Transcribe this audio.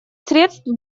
средств